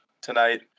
tonight